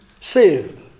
saved